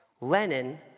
Lenin